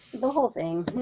the whole thing